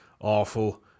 Awful